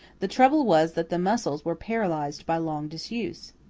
the trouble was that the muscles were paralyzed by long disuse.